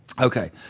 Okay